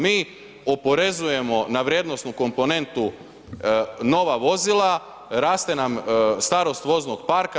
Mi oporezujemo na vrijednosnu komponentu nova vozila, raste nam starost voznog parka.